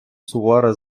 сувора